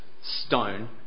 stone